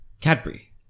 Cadbury